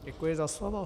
Děkuji za slovo.